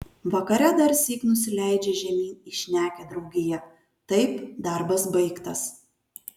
vakare darsyk nusileidžia žemyn į šnekią draugiją taip darbas baigtas